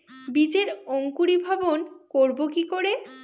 বীজের অঙ্কোরি ভবন করব কিকরে?